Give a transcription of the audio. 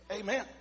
Amen